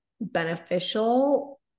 beneficial